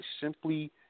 simply